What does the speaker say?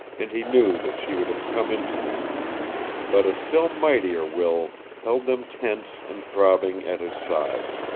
and he knew that she would have come into them but a still mightier will held them tense and throbbing at his side.